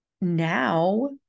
now